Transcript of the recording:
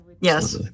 Yes